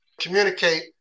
Communicate